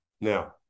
Now